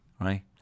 Right